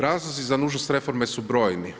Razlozi za nužnost reforme su brojni.